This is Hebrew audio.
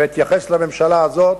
ואתייחס לממשלה הזאת,